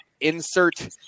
Insert